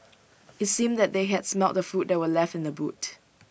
IT seemed that they had smelt the food that were left in the boot